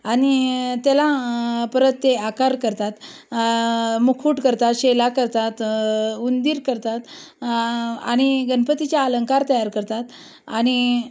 आणि त्याला परत ते आकार करतात मुकुट करतात शेला करतात उंदीर करतात आणि गणपतीचे अलंंकार तयार करतात आणि